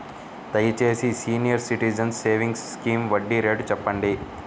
దయచేసి senior citizens savings scheme వడ్డీ rate చెప్పండి